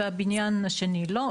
והבניין השני לא,